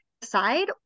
decide